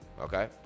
okay